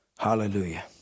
Hallelujah